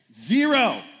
Zero